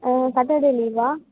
Saturday Leela